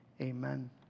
amen